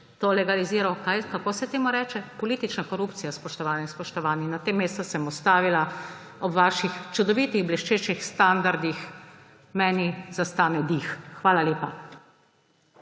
to legaliziral. Kako se temu reče? Politična korupcija, spoštovane in spoštovani. Na tem mestu se bom ustavila. Ob vaših čudovitih bleščečih standardih meni zastane dih. Hvala lepa.